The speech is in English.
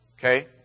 Okay